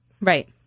Right